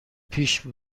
پیش